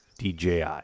DJI